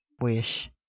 wish